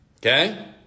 Okay